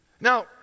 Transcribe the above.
Now